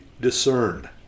discerned